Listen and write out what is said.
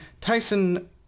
Tyson